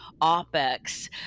OpEx